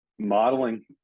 modeling